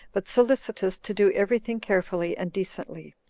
but solicitous to do every thing carefully and decently,